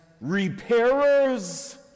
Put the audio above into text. repairers